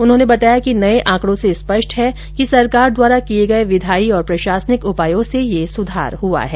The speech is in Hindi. उन्होंने बताया कि नये आंकडों से यह स्पष्ट है कि सरकार द्वारा किये गये विधायी और प्रशासनिक उपायों से यह सुधार हआ है